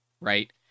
right